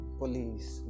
police